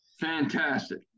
fantastic